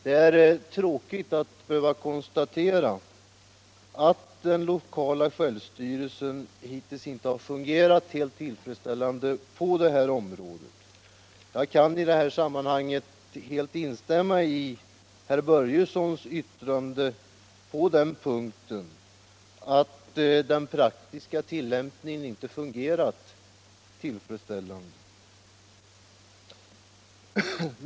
Det är tråkigt att behöva konstatera att den lokala självstyrelsen hittills inte fungerat helt tillfredsställande på detta område. Jag kan helt instämma i vad herr Börjesson i Falköping sade om att den praktiska tilllämpningen inte fungerat tillfredsställande.